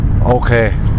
okay